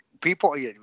People